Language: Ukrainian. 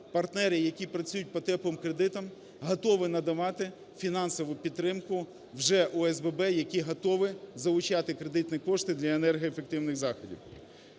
партнери, які працюють по "теплим кредитам", готові надавати фінансову підтримку вже ОСББ, які готові залучати кредитні кошти для енергоефективних заходів.